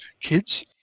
kids